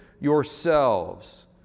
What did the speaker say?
yourselves